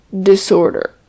disorder